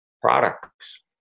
products